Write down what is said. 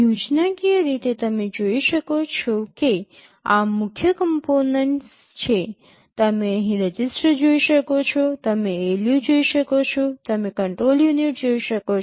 યોજનાકીય રીતે તમે જોઈ શકો છો કે આ મુખ્ય કમ્પોનેન્ટસ છે તમે અહીં રજિસ્ટર જોઈ શકો છો તમે ALU જોઈ શકો છો તમે કંટ્રોલ યુનિટ જોઈ શકો છો